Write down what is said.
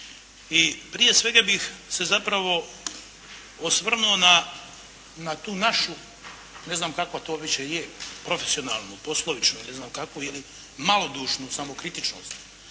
i prije svega bih se zapravo osvrnuo na tu našu ne znam kakva to više je, profesionalnu, poslovičnu ili ne znam kakvu ili malodušnu samokritičnost.